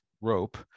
rope